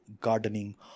gardening